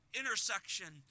intersection